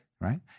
Right